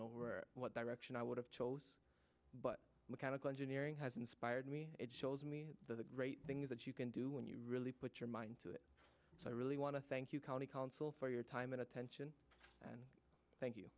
know where what direction i would have chose but mechanical engineering has inspired me it shows me the great things that you can do when you really put your mind to it so i really want to thank you county council for your time and attention thank you